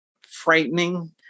frightening